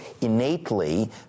innately